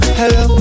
hello